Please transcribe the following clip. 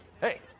Hey